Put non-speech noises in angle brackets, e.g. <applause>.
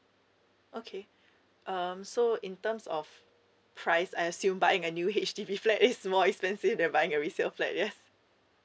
okay um so in terms of price I assume buying a new H_D_B flat is more expensive <laughs> than buying a resale flat yes